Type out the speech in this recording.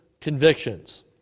convictions